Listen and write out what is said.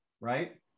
right